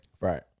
Right